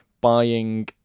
buying